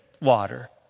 water